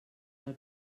del